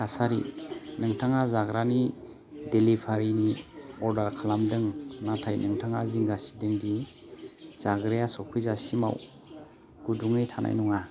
थासारि नोंथाङा जाग्रानि डिलिभारिनि अर्डार खालामदों नाथाइ नोंथाङा जिंगा सिदोंदि जाग्राया सफैजासिमाव गुदुङै थानाय नङा